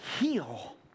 heal